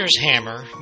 Hammer